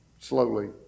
slowly